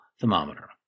thermometer